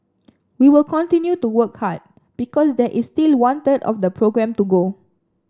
we will continue to work hard because there is still one third of the programme to go